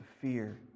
fear